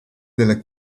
della